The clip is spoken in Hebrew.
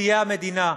יהיה המדינה.